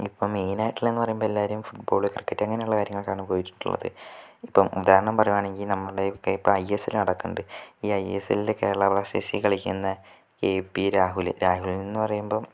ഇപ്പോൾ മെയിനായിട്ടുള്ളത് എന്ന് പറയുമ്പോൾ എല്ലാരും ഫുട്ബോള് ക്രിക്കറ്റ് അങ്ങനെയുള്ള കാര്യങ്ങൾക്കായിട്ടാണ് പോയിട്ടുള്ളത് ഇപ്പം ഉദാഹരണം പറയുകയാണെങ്കിൽ നമ്മുടെയൊക്കെ ഇപ്പോൾ ഐഎസ്എൽ നടക്കുന്നുണ്ട് ഈ ഐഎസ്എല്ലിൽ കേരള ബ്ലാസ്റ്റേഴ്സ് കളിക്കുന്ന ഈ പി രാഹുല് രാഹുൽ എന്നു പറയുമ്പം